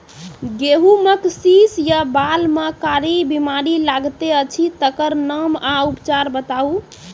गेहूँमक शीश या बाल म कारी बीमारी लागतै अछि तकर नाम आ उपचार बताउ?